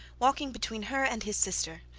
walking between her and his sister.